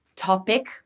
topic